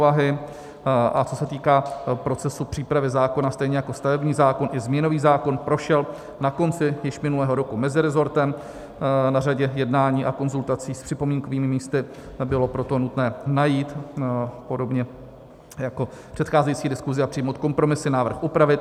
A co se týká procesu přípravy zákona, stejně jako stavební zákon i změnový zákon prošel na konci již minulého roku meziresortem na řadě jednání a konzultací s připomínkovými místy, bylo proto nutné najít podobně jako v předcházející diskusi a přijmout kompromisy, návrh upravit.